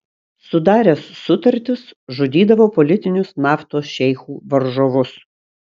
sudaręs sutartis žudydavo politinius naftos šeichų varžovus